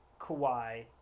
Kawhi